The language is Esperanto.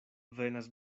venas